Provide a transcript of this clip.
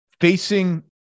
facing